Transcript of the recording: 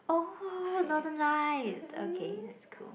oh Northern Light okay that's cool